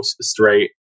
straight